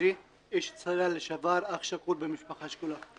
אני איש צד"ל לשעבר, אח שכול במשפחה שכולה.